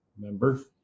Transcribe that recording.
remember